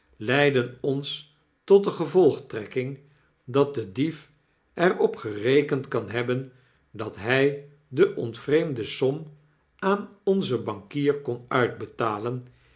leiden ons tot de gevolgtrekking dat de dief er op gerekend kan hebben dat hy de ontvreemde som aan onzen bankier kon uitbetalen